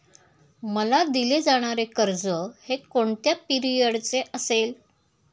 मला दिले जाणारे कर्ज हे कोणत्या पिरियडचे असेल?